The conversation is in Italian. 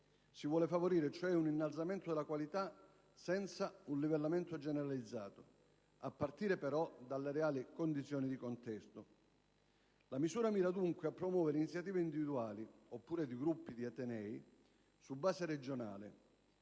Si vuole favorire, cioè, un innalzamento della qualità senza un livellamento generalizzato, a partire, però, dalle reali condizioni di contesto. La misura mira, dunque, a promuovere iniziative individuali, oppure di gruppi di atenei, su base regionale